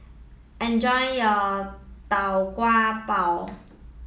enjoy your Tau Kwa Pau